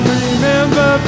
remember